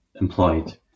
employed